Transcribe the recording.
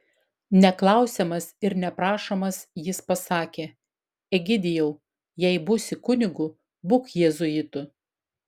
neklausiamas ir neprašomas jis pasakė egidijau jei būsi kunigu būk jėzuitu